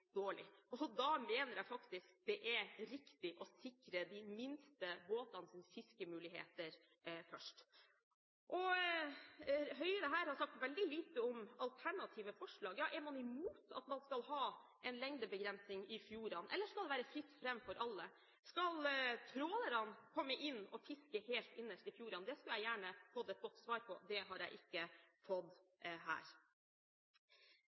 dårlig. Da mener jeg faktisk det er riktig å sikre de minste båtenes fiskemuligheter først. Høyre har her sagt veldig lite om alternative forslag. Er man imot at man skal ha en lengdebegrensning i fjordene, eller skal det være fritt fram for alle? Skal trålerne komme inn og fiske helt innerst i fjordene? Det skulle jeg gjerne fått et godt svar på – det har jeg ikke fått her.